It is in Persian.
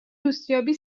دوستیابی